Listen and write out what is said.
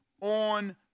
on